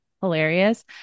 hilarious